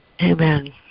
Amen